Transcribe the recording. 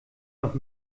noch